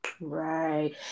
Right